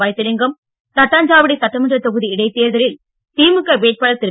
வைத்திலிங்கம் தட்டாஞ்சாவடி சட்டமன்ற தொகுதி இடைத் தேர்தலில் திமுக வேட்பாளர் திரு